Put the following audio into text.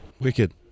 wicked